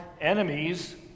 enemies